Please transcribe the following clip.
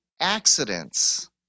accidents